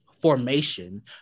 formation